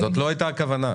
זאת לא הייתה הכוונה.